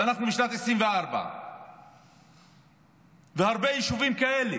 ואנחנו בשנת 2024. ויש הרבה יישובים כאלה.